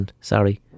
sorry